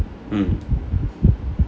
mm